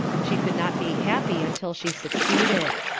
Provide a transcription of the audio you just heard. she could not be happy until she succeeded.